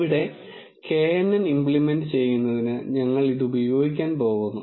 ഇവിടെ knn implement ചെയ്യുന്നതിന് ഞങ്ങൾ ഇത് ഉപയോഗിക്കാൻ പോകുന്നു